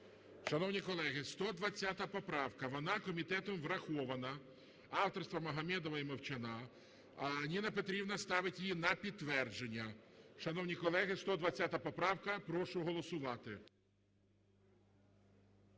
Шановні колеги, 120 поправка, вона комітетом врахована, авторства Магомедова і Мовчана. Ніна Петрівна ставить її на підтвердження. Шановні колеги, 120 поправка. Прошу голосувати.